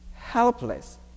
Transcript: helpless